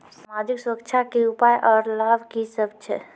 समाजिक सुरक्षा के उपाय आर लाभ की सभ छै?